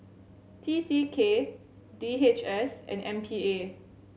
T T K D H S and M P A